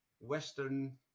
Western